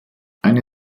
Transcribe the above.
eine